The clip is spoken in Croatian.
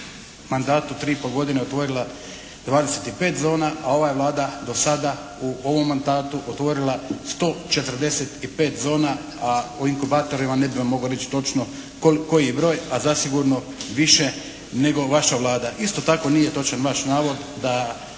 mandatu 3 i pol godine otvorila 25 zona, a ova je Vlada do sada u ovom mandatu otvorila 145 zona, a o inkubatorima ne bi vam mogao reći točno koji je broj, a zasigurno više nego vaša Vlada. Isto tako nije točan vaš navod da